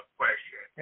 question